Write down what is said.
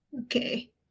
okay